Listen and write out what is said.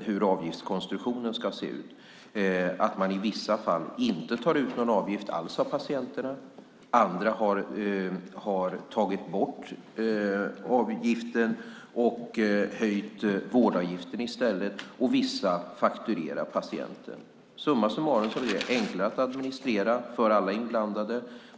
hur avgiftskonstruktionen ska se ut, att man i vissa fall inte tar ut någon avgift alls av patienterna. Andra har tagit bort avgiften och höjt vårdavgiften i stället, och vissa fakturerar patienten. Summa summarum är det enklare att administrera för alla inblandade.